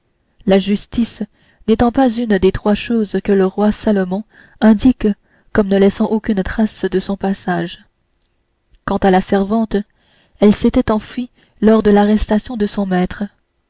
la justice n'étant pas une des trois choses que le roi salomon indique comme ne laissant point de traces de leur passage quant à la servante elle s'était enfuie lors de l'arrestation de son maître